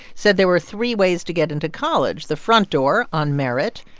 said there were three ways to get into college the front door, on, merit,